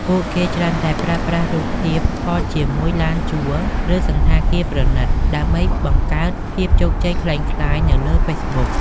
ពួកគេច្រើនតែប្រើប្រាស់រូបភាពថតជាមួយឡានជួល ឬសណ្ឋាគារប្រណីតៗ ដើម្បីបង្កើត "ភាពជោគជ័យក្លែងក្លាយ" នៅលើ Facebook។